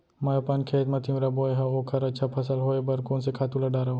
मैं अपन खेत मा तिंवरा बोये हव ओखर अच्छा फसल होये बर कोन से खातू ला डारव?